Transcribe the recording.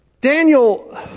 Daniel